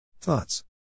Thoughts